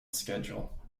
schedule